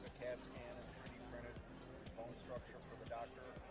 cat scan and printed bone structure for the doctor.